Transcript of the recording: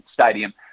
Stadium